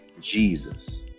Jesus